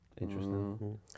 interesting